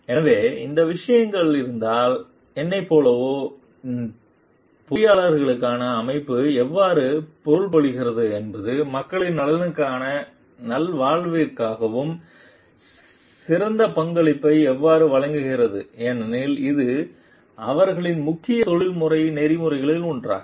எனவே அந்த விஷயங்கள் இருந்தால் என்னைப் போலவே பொறியாளர்களுக்கான அமைப்பு எவ்வாறு பொருள்படுகிறது என்பது மக்களின் நலனுக்காகவும் நல்வாழ்விற்காகவும் சிறந்த பங்களிப்பை எவ்வாறு வழங்குகிறது ஏனெனில் இது அவர்களின் முக்கிய தொழில்முறை நெறிமுறைகளில் ஒன்றாகும்